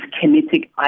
Kinetic